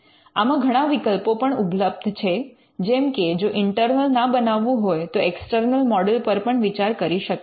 આમાં ઘણા વિકલ્પો પણ ઉપલબ્ધ છે જેમકે જો ઇન્ટર્નલ ના બનાવવું હોય તો એક્સટર્નલ મૉડલ પર પણ વિચાર કરી શકાય